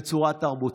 בצורה תרבותית.